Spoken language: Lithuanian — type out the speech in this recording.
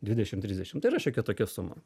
dvidešimt trisdešimt yra šiokia tokia suma